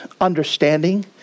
understanding